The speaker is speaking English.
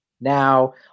Now